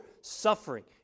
suffering